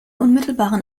unmittelbaren